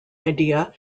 idea